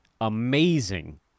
amazing